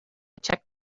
check